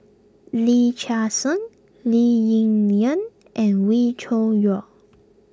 Lee Chia Hsing Lee Ling Yen and Wee Cho Yaw